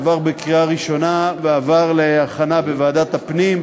והוא עבר בקריאה ראשונה ועבר להכנה בוועדת הפנים,